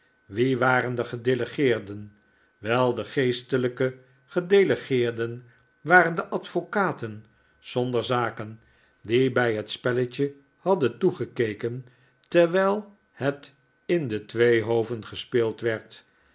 wie waren de gedelegeerden wei de geestelijke gedelegeerden waren de advocaten zonder zaken die bij het spelletje hadden toegekeken terwijl het in de twee hoven gespeeld werd